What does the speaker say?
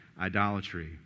Idolatry